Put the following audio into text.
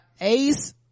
Ace